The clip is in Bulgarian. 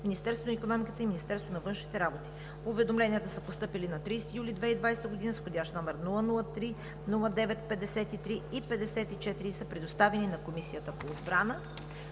Министерството на икономиката и Министерството на външните работи. Уведомленията са постъпили на 30 юли 2020 г. с вх. № 003-09-53 и 54 и са предоставени на Комисията по отбрана.